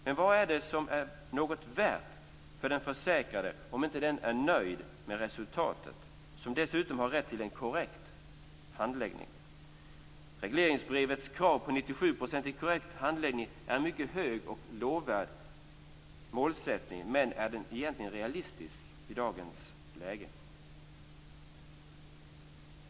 Men vad är det värt för den försäkrade, som dessutom har rätt till en korrekt handläggning, om denne inte är nöjd med resultatet? Regleringsbrevets krav på 97 % korrekt handläggning är en mycket lovvärd målsättning. Men är den egentligen realistisk i dagens läge?